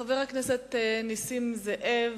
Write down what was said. חבר הכנסת נסים זאב,